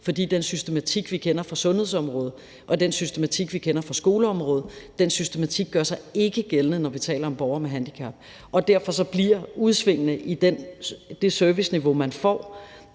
fordi den systematik, vi kender fra sundhedsområdet, og den systematik, vi kender fra skoleområdet, ikke gør sig gældende, når vi taler om borgere med handicap. Og derfor bliver udsvingene i det serviceniveau, man får,